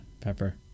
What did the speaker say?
pepper